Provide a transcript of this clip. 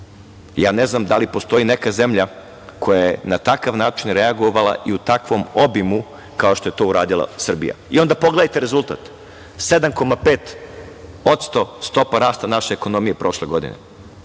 znam da li postoji neka zemlja koja je na takav način reagovala i u takvom obimu kao što je to uradila Srbija. I, onda pogledajte rezultat, 7,5% stopa rasta naše ekonomije prošle godine,